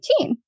19